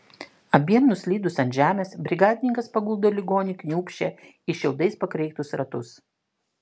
abiem nuslydus ant žemės brigadininkas paguldo ligonį kniūbsčią į šiaudais pakreiktus ratus